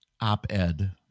op-ed